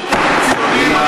אל תיתן לי ציונים.